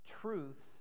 truths